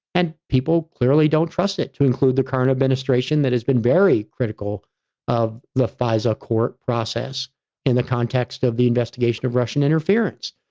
and people clearly don't trust it to include the current administration that has been very critical of the fisa court process in the context of the investigation of russian and interference.